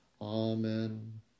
Amen